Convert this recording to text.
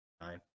Nine